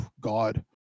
god